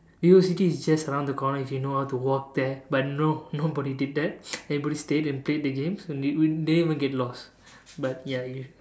vivocity is just around the corner if you know how to walk there but no nobody did that everybody stayed and played the games and they didn't even get lost but ya you